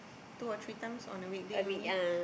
two or three times on a weekday only